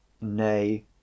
Nay